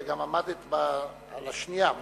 גם עמדת על השנייה ממש.